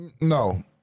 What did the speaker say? no